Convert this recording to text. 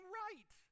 right